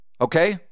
Okay